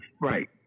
right